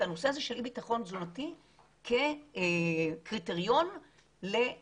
הנושא הזה של אי ביטחון תזונתי כקריטריון לאיכות